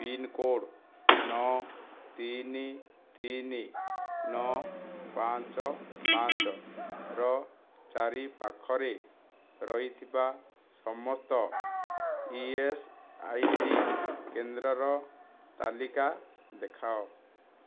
pincode ନଅ ତିନି ତିନି ନଅ ପାଞ୍ଚ ପାଞ୍ଚର ଚାରିପାଖରେ ରହିଥିବା ସମସ୍ତ ଇ ଏସ୍ ଆଇ ସି କେନ୍ଦ୍ରର ତାଲିକା ଦେଖାଅ